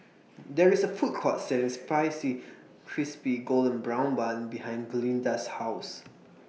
There IS A Food Court Selling Spicy Crispy Golden Brown Bun behind Glynda's House